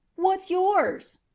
what's yours?